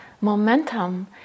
momentum